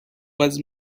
was